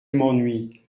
m’ennuies